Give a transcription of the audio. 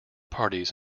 parties